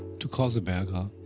to kaseberga,